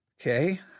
Okay